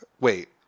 Wait